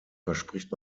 verspricht